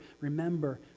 remember